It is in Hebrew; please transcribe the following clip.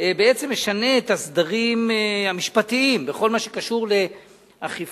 בעצם משנה את הסדרים המשפטיים בכל מה שקשור לאכיפה.